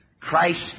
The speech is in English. Christ